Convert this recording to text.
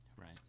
Right